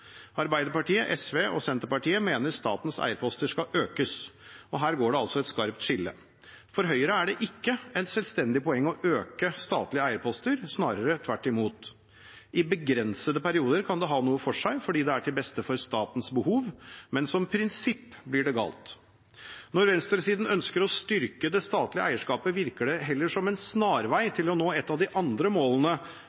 Arbeiderpartiet, SV og Senterpartiet mener statens eierposter skal økes, og her går det altså et skarpt skille. For Høyre er det ikke et selvstendig poeng å øke statlige eierposter, snarere tvert imot. I begrensede perioder kan det ha noe for seg fordi det er til beste for statens behov, men som prinsipp blir det galt. Når venstresiden ønsker å styrke det statlige eierskapet, virker det heller som en snarvei